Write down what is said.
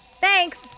Thanks